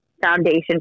foundation